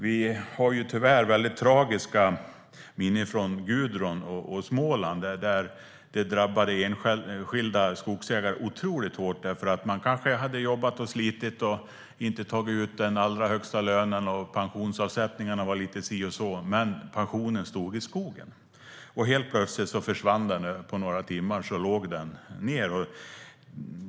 Vi har tyvärr väldigt tragiska minnen från Gudrun. I Småland drabbades enskilda skogsägare otroligt hårt. Man kanske hade jobbat och slitit, inte tagit ut den allra högsta lönen och haft det lite si och så med pensionsavsättningarna. Pensionen stod i skogen. Men helt plötsligt försvann den. På några timmar låg den nere.